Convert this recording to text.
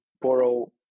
borrow